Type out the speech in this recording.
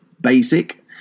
basic